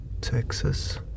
Texas